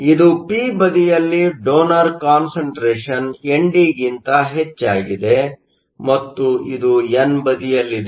ಇದು ಪಿ ಬದಿಯಲ್ಲಿ ಡೋನರ್Donor ಎನ್ಡಿಗಿಂತ ಹೆಚ್ಚಾಗಿದೆ ಮತ್ತು ಇದು ಎನ್ ಬದಿಯಲ್ಲಿದೆ